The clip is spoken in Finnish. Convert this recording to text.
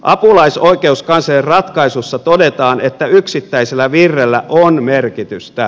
apulaisoikeuskanslerin ratkaisussa todetaan että yksittäisellä virrellä on merkitystä